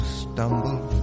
stumble